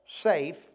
safe